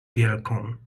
wielką